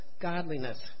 godliness